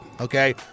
Okay